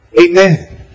Amen